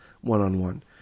one-on-one